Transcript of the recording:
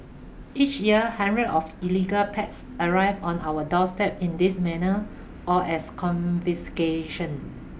each year of illegal pets arrive on our doorstep in this manner or as confiscations